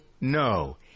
no